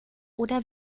oder